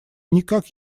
никак